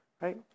right